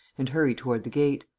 and hurry toward the gate.